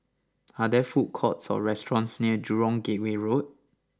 are there food courts or restaurants near Jurong Gateway Road